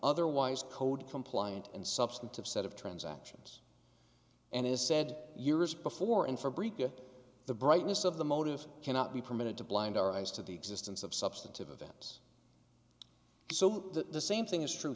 otherwise code compliant and substantive set of transactions and is said years before and for the brightness of the motives cannot be permitted to blind our eyes to the existence of substantive events so that the same thing is true